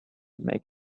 make